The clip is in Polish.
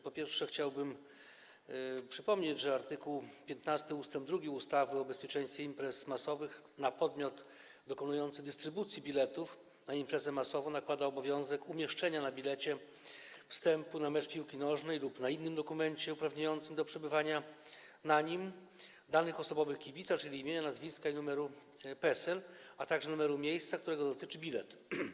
Po pierwsze, chciałbym przypomnieć, że art. 15 ust. 2 ustawy o bezpieczeństwie imprez masowych na podmiot dokonujący dystrybucji biletów na imprezę masową nakłada obowiązek umieszczenia na bilecie wstępu na mecz piłki nożnej lub na innym dokumencie uprawniającym do przebywania na nim danych osobowych kibica, czyli imienia, nazwiska i numeru PESEL, a także numeru miejsca, którego dotyczy bilet.